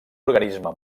organisme